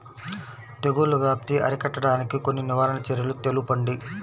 తెగుళ్ల వ్యాప్తి అరికట్టడానికి కొన్ని నివారణ చర్యలు తెలుపండి?